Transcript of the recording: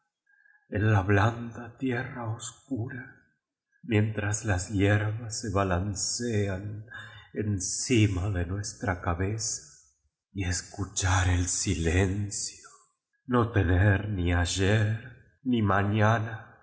blanda tierra os cura míen tras jas hierbas se balaurreari encima de nuestra cabeza y escuchar el silencio í no tener ni ayer ni maña